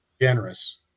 generous